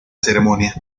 ceremonia